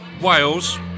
Wales